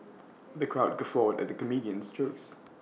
the crowd guffawed at the comedian's jokes